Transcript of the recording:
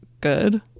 good